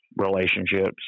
relationships